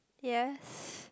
yes